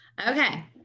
Okay